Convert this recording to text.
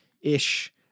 ish